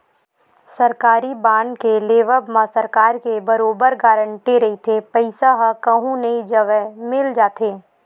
सरकारी बांड के लेवब म सरकार के बरोबर गांरटी रहिथे पईसा ह कहूँ नई जवय मिल जाथे